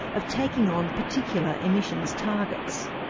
of taking on particular emissions targets.